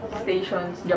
station's